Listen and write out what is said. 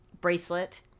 bracelet